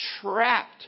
trapped